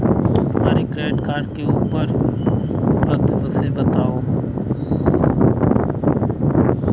तुम्हारे credit card के ऊपर ड्यू डेट लिखी है उसे बताओ